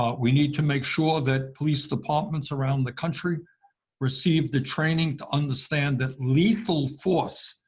ah we need to make sure that police departments around the country receive the training to understand that lethal force,